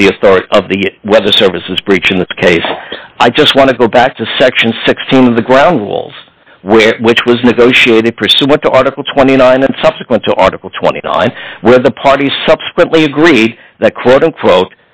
authority of the weather service is breach in this case i just want to go back to section sixteen of the ground rules where which was negotiated pursuant to article twenty nine and subsequent to article twenty nine where the parties subsequently agreed that quote unquote